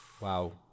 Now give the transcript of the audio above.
Wow